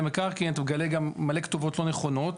המקרקעין אתה מגלה גם מלא כתובות לא נכונות.